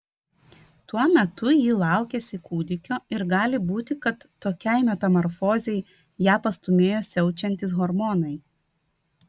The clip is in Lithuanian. tuo metu ji laukėsi kūdikio ir gali būti kad tokiai metamorfozei ją pastūmėjo siaučiantys hormonai